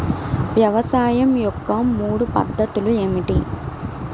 వ్యవసాయం యొక్క మూడు పద్ధతులు ఏమిటి?